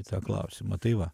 į tą klausimą tai va